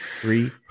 three